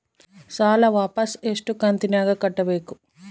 ಸಾಲ ವಾಪಸ್ ಎಷ್ಟು ಕಂತಿನ್ಯಾಗ ಕಟ್ಟಬೇಕು?